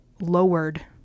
lowered